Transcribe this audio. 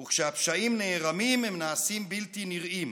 // כשהפשעים נערמים, הם נעשים בלתי נראים.